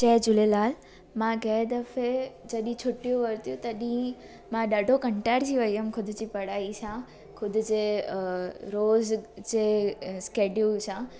जय झूलेलाल मां ॻे दफ़े जॾहिं छुटियूं वरतियूं तॾहिं मां ॾाढो कंटार थी वई हुयमि ख़ुदि जी पढ़ाई सां ख़ुदि जे अ रोज़ जे अ शेड्यूल सां